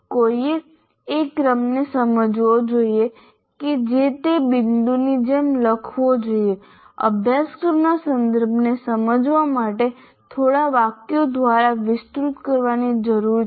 કોઈએ તે ક્રમને સમજવો જોઈએ જે તે બિંદુની જેમ લખવો જોઈએ અભ્યાસક્રમના સંદર્ભને સમજાવવા માટે થોડા વાક્યો દ્વારા વિસ્તૃત કરવાની જરૂર છે